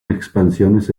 expansiones